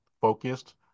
focused